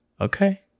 Okay